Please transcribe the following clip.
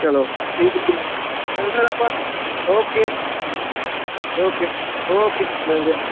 ਚਲੋ ਠੀਕ ਜੀ ਮਿਲਦੇ ਆ ਫਿਰ ਆਪਾਂ ਓਕੇ ਓਕੇ ਓਕੇ ਮਿਲਦੇ